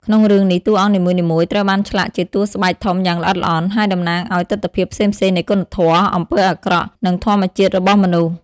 ក្នុងរឿងនេះតួអង្គនីមួយៗត្រូវបានឆ្លាក់ជាតួស្បែកធំយ៉ាងល្អិតល្អន់ ហើយតំណាងឱ្យទិដ្ឋភាពផ្សេងៗនៃគុណធម៌ អំពើអាក្រក់ និងធម្មជាតិរបស់មនុស្ស ។